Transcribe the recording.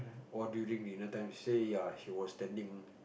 or during dinner time she say ya he was standing